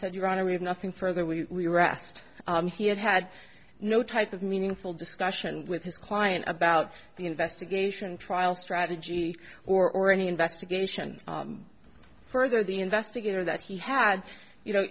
said your honor we have nothing further we were asked he had had no type of meaningful discussion with his client about the investigation trial strategy or any investigation further the investigator that he had you know